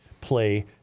play